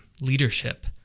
leadership